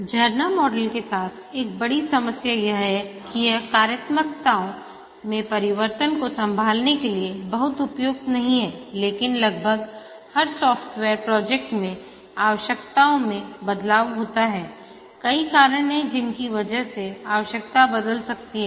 झरना मॉडल के साथ एक बड़ी समस्या यह है कि यह कार्यात्मकताओं में परिवर्तन को संभालने के लिए बहुत उपयुक्त नहीं हैलेकिन लगभग हर सॉफ्टवेयर प्रोजेक्ट में आवश्यकताओं में बदलाव होता है कई कारण हैं जिनकी वजह से आवश्यकता बदल सकती है